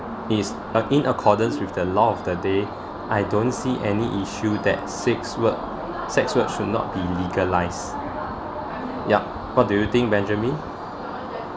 is uh in accordance with the law of the day I don't see any issue that six work sex work should not be legalised yup what do you think benjamin